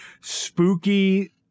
spooky